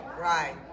right